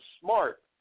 smart